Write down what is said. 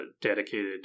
dedicated